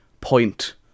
point